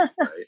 Right